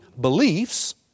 beliefs